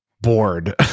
bored